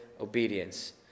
obedience